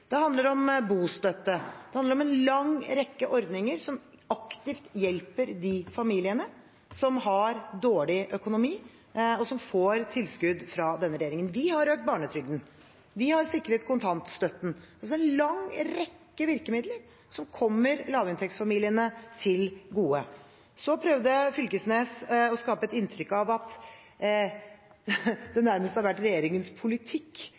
Det handler om bostøtte. Det handler om en lang rekke ordninger som aktivt hjelper de familiene som har dårlig økonomi, og som får tilskudd fra denne regjeringen. Vi har økt barnetrygden, vi har sikret kontantstøtten – altså en lang rekke virkemidler som kommer lavinntektsfamiliene til gode. Så prøvde Knag Fylkesnes å skape et inntrykk av at det nærmest har vært regjeringens politikk